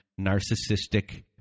narcissistic